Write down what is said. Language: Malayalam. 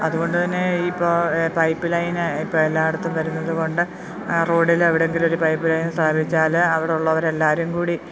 അതുകൊണ്ട് തന്നെ ഈ ഇപ്പോള് പൈപ്പ് ലൈന് ഇപ്പോള് എല്ലായിടത്തും വരുന്നതുകൊണ്ട് റോഡില് എവിടെയെങ്കിലും ഒരു പൈപ്പ് ലൈൻ സ്ഥാപിച്ചാല് അവിടെയുള്ളവരെല്ലാവരും കൂടി